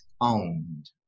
owned